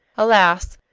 alas!